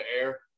air